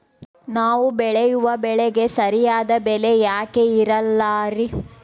ನಾವು ಬೆಳೆಯುವ ಬೆಳೆಗೆ ಸರಿಯಾದ ಬೆಲೆ ಯಾಕೆ ಇರಲ್ಲಾರಿ?